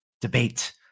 debate